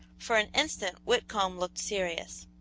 for an instant whitcomb looked serious.